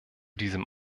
diesem